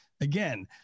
Again